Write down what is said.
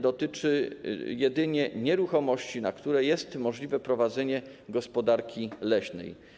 dotyczy jedynie nieruchomości, na których jest możliwe prowadzenie gospodarki leśnej.